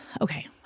Okay